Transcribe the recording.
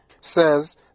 says